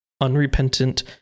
unrepentant